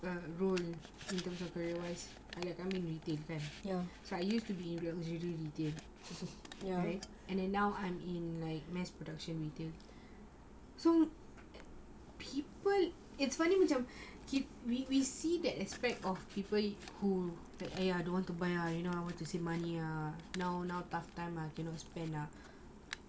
uh role in terms of career wise I'm like in redeem kan so I used to be in right and then now I'm in like mass production retail so people it's funny macam we see that aspect of people who like I don't want to buy ah you know I want to save money ah now now tough time lah cannot spend lah